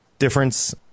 difference